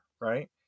Right